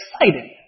excited